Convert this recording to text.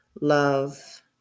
love